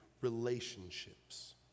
relationships